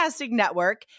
network